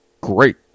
great